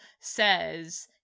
says